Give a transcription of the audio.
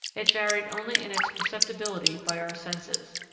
it varied only in its perceptibility by our senses.